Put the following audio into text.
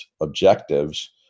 objectives